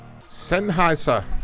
Sennheiser